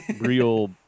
real